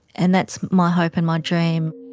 and that's my hope and my dream.